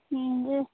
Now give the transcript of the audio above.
ହୁଁ ଯେ